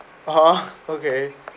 oh okay